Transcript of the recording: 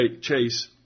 Chase